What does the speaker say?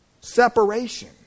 Separation